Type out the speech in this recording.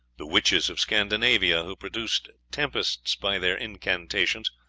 the witches of scandinavia, who produced tempests by their incantations,